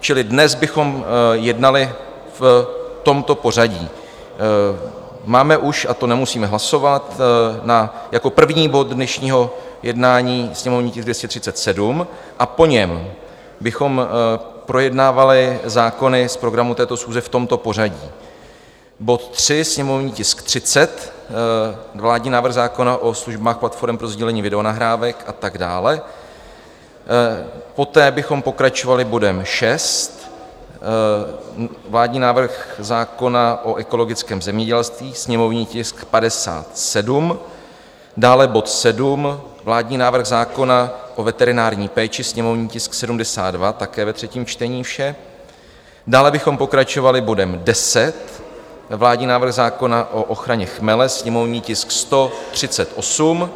Čili dnes bychom jednali v tomto pořadí: Máme už a to nemusíme hlasovat jako první bod dnešního jednání sněmovní tisk 237 a po něm bychom projednávali zákony z programu této schůze v tomto pořadí: bod 3, sněmovní tisk 30 vládní návrh zákona o službách platforem pro sdělení videonahrávek a tak dále, poté bychom pokračovali bodem 6 vládní návrh zákona o ekologickém zemědělství, sněmovní tisk 57, dále bod 7 vládní návrh zákona o veterinární péči, sněmovní tisk 72, také ve třetím čtení vše, dále bychom pokračovali bodem 10 vládní návrh zákona o ochraně chmele, sněmovní tisk 138,